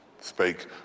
Spake